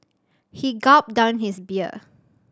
he gulped down his beer